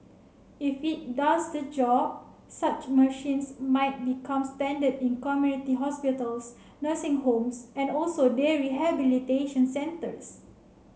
if it does the job such machines might become standard in community hospitals nursing homes and also day rehabilitation centres